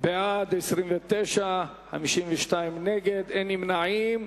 נגד, אין נמנעים.